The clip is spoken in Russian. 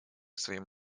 своим